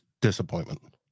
disappointment